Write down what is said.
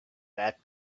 that